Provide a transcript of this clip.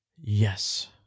Yes